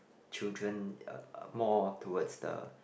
children more towards the